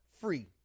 free